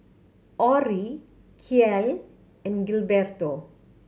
Orrie Kiel and Gilberto